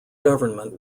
government